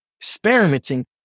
experimenting